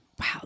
Wow